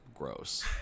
gross